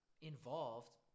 involved